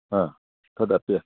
तद् अपि अस्ति